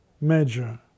major